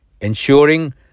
ensuring